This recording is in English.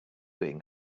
doing